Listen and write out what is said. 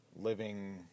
living